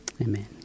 amen